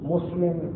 Muslim